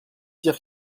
dire